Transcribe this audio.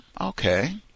okay